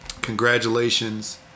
Congratulations